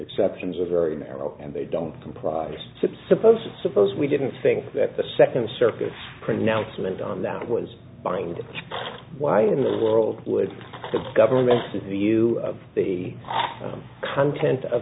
exceptions are very narrow and they don't comprise the suppose suppose we didn't think that the second circuit pronouncement on that was buying and why in the world would the governments of view of the content of